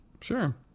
Sure